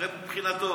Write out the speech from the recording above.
הרי מבחינתנו